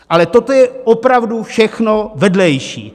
Ale toto je opravdu všechno vedlejší.